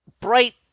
bright